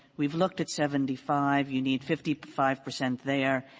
we've looked at seventy five. you need fifty five percent there.